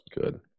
good